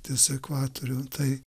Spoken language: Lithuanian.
ties ekvatorium tai